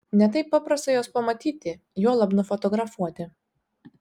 ne taip paprasta juos pamatyti juolab nufotografuoti